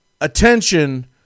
attention